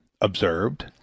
observed